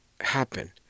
happen